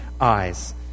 eyes